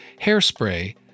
Hairspray